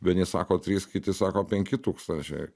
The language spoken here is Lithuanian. vieni sako trys kiti sako penki tūkstančiai